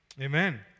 Amen